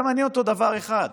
מעניין אותו דבר אחד: